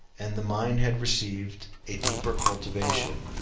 and the mind had received a deeper cultivation.